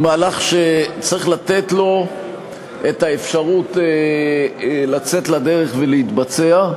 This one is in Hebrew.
הוא מהלך שצריך לתת לו את האפשרות לצאת לדרך ולהתבצע,